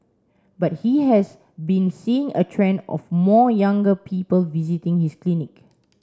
but he has been seeing a trend of more younger people visiting his clinic